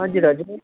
हजुर हजुर